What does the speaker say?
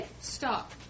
stop